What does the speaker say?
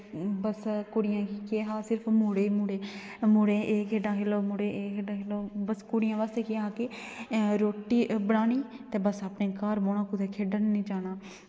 बस कुड़ियां गी केह् हा सिर्फ मुड़े ई मुड़े मुड़े एह् खेढां खेलो मुड़े एह् खेढां खेलो बस कुड़ियां बास्तै केह् हा कि रोटी बनानी ते बस अपने घर बौह्ना ते कुतै खेढन निं जाना